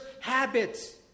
habits